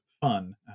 fun